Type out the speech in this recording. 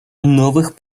новых